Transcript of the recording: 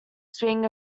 swing